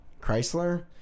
Chrysler